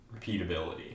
repeatability